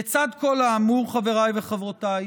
לצד כל האמור, חבריי וחברותיי,